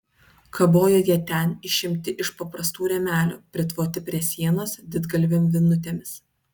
kabojo jie ten išimti iš paprastų rėmelių pritvoti prie sienos didgalvėm vinutėmis